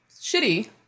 shitty